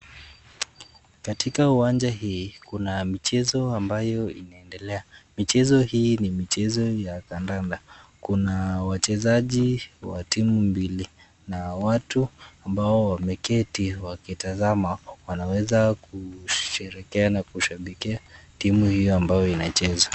Katika uwanja hii kuna michezo ambayo inaendelea michezo hii ni michezo ya kandanda kuna wachezaji wa timu mbili na watu ambao wameketi wakitazama wanaweza kusherehekea na kushabikia timu hio ambayo inacheza.